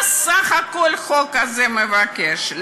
מה החוק הזה מבקש בסך הכול?